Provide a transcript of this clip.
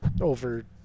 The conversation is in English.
over